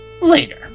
later